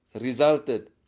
resulted